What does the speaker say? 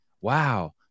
Wow